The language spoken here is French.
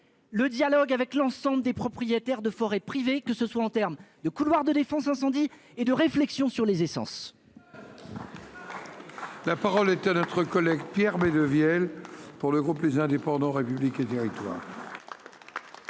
le dialogue avec l'ensemble des propriétaires de forêts privées, qu'il s'agisse des couloirs de défense incendie ou des réflexions sur les essences. La parole est à M. Pierre Médevielle, pour le groupe Les Indépendants - République et Territoires.